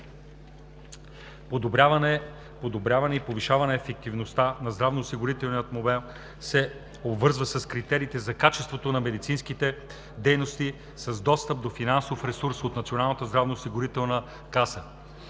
подобряване и повишаване ефективността на здравноосигурителния модел се обвързва с критериите за качеството на медицинските дейности с достъп до финансов ресурс от Националната здравноосигурителна каса;